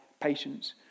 patience